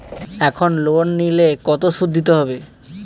এখন লোন নিলে কত সুদ দিতে হয়?